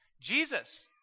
Jesus